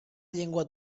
llengua